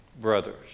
brothers